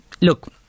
look